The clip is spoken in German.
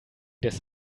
des